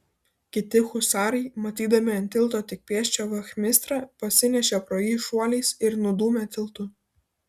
kiti husarai matydami ant tilto tik pėsčią vachmistrą pasinešė pro jį šuoliais ir nudūmė tiltu